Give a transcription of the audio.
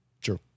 True